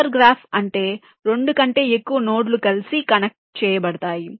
hyper graph అంటే 2 కంటే ఎక్కువ నోడ్లు కలిసి కనెక్ట్ చేయబడ్తాయి